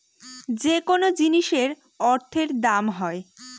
যেকোনো জিনিসের অর্থের দাম হয়